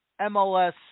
MLS